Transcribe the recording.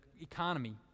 economy